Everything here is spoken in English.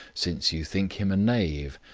since you think him a knave.